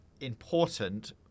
important